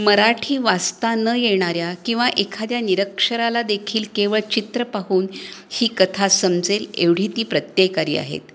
मराठी वाचता न येणाऱ्या किंवा एखाद्या निरक्षराला देखील केवळ चित्रं पाहून ही कथा समजेल एवढी ती प्रत्ययकारी आहेत